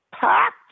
packed